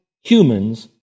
humans